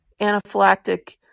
anaphylactic